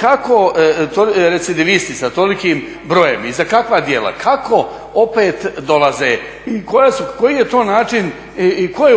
kako recidivisti sa tolikim brojem i za kakva djela kako opet dolaze i koji je to način i tko je